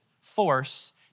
force